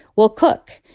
we'll cook.